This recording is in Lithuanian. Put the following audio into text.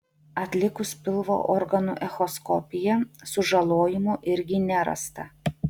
atlikus pilvo organų echoskopiją sužalojimų irgi nerasta